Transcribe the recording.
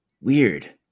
Weird